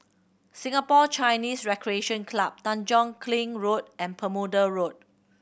Singapore Chinese Recreation Club Tanjong Kling Road and Bermuda Road